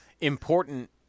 important